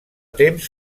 temps